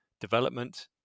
development